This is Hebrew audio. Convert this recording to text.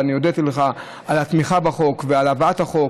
אבל אני הודיתי לך על התמיכה בחוק ועל הבאת החוק